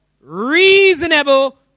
reasonable